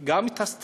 גם את הסטאז',